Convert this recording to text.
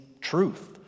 truth